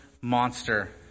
monster